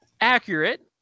accurate